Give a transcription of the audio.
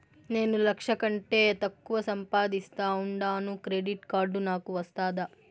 నేను లక్ష కంటే తక్కువ సంపాదిస్తా ఉండాను క్రెడిట్ కార్డు నాకు వస్తాదా